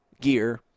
gear